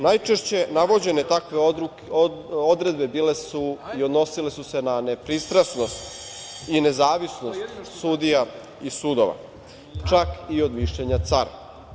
Najčešće navođene takve odredbe bile su i odnosile su se na nepristrasnost i nezavisnost sudija i sudova, čak i od mišljenja cara.